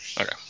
Okay